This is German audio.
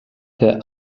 der